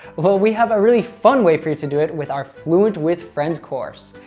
well, we have a really fun way for you to do it with our fluent with friends course.